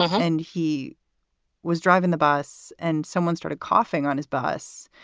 and he was driving the bus and someone started coughing on his bus